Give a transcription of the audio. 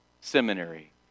seminary